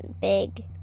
big